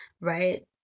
right